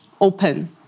open